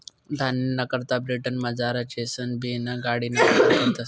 धान्यना करता ब्रिटनमझार चेसर बीन गाडिना वापर करतस